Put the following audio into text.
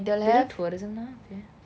they do tourism now